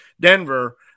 Denver